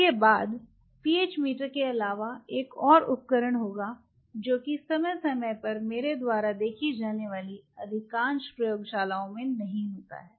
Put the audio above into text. इसके बाद pH meter के अलावा एक और उपकरण होगा जो कि समय समय पर मेरे द्वारा देखी जाने वाली अधिकांश प्रयोगशालाओं में नहीं जाता है